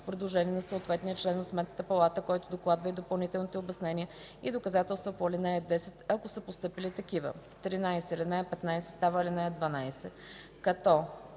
предложение на съответния член на Сметната палата, който докладва и допълнителните обяснения и доказателства по ал. 10, ако са постъпили такива.” 13. Алинея 15 става ал. 12,